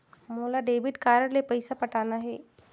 मोला debit card ले पइसा पटाना हे?